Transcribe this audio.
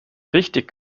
richtig